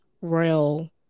royal